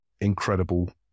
incredible